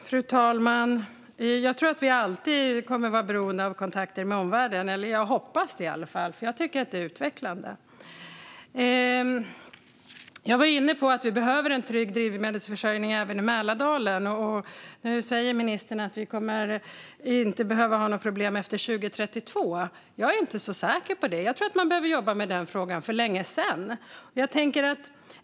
Fru talman! Jag tror att vi alltid kommer att vara beroende av kontakter med omvärlden - eller jag hoppas det i alla fall, för jag tycker att det är utvecklande. Jag var inne på att vi behöver en trygg drivmedelsförsörjning även i Mälardalen, och nu säger ministern att vi inte kommer att behöva ha några problem efter 2032. Jag är inte så säker på det. Jag tror att man skulle ha behövt börja jobba med den frågan för länge sedan.